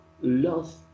love